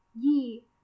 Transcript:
Ye